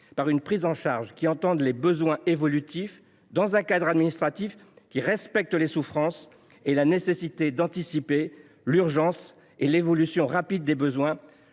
par une prise en charge qui entende les besoins évolutifs, dans un cadre administratif respectant les souffrances et la nécessité d’anticiper l’urgence des besoins